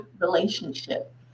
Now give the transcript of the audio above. relationship